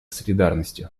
солидарности